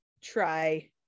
try